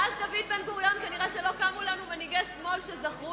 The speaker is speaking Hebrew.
מאז דוד בן-גוריון כנראה לא קמו לנו מנהיגי שמאל שזכרו